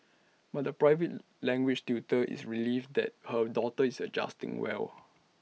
but the private language tutor is relieved that her daughter is adjusting well